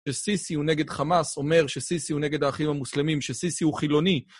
שסיסי הוא נגד חמאס אומר שסיסי הוא נגד האחים המוסלמים, שסיסי הוא חילוני